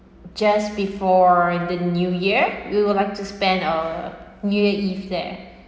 just before the new year we would like to spend a new year eve there